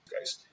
guys